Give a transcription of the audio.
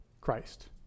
Christ